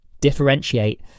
differentiate